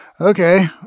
Okay